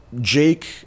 Jake